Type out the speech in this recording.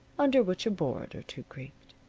under which a board or two creaked.